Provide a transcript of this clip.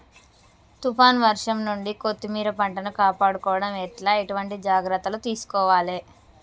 తుఫాన్ వర్షం నుండి కొత్తిమీర పంటను కాపాడుకోవడం ఎట్ల ఎటువంటి జాగ్రత్తలు తీసుకోవాలే?